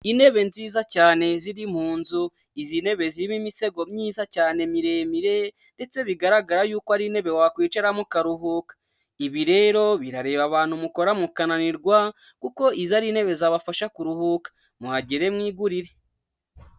Intebe nziza cyane ziri mu nzu, izi ntebe ziba imisego myiza cyane miremire ndetse bigaragara yuko ari intebe wakwicaramo mukaruhuka, ibi rero birareba abantu mukora mukananirwa kuko iza ari intebe zabafasha kuruhuka. Muhagere mwigurire.